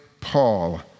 Paul